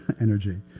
energy